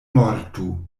mortu